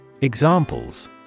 Examples